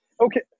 Okay